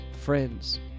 friends